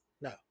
No